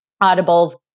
Audible's